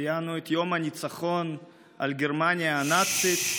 ציינו את יום הניצחון על גרמניה הנאצית.